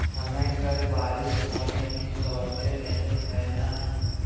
ہمیں کل بارش ہونے کی توقع نہیں ہے نا